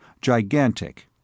gigantic